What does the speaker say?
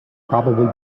probably